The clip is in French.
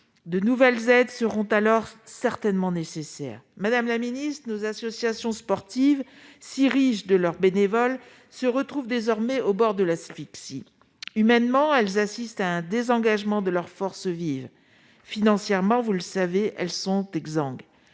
De nouvelles aides seront alors certainement nécessaires. Madame la secrétaire d'État, nos associations sportives, si riches de leurs bénévoles, sont désormais au bord de l'asphyxie. Humainement, elles assistent à un désengagement de leurs forces vives. Financièrement- vous le savez -, elles sont exsangues.